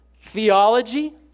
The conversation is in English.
theology